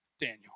Daniel